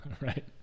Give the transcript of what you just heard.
right